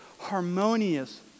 harmonious